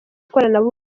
ikoranabuhanga